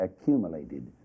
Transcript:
accumulated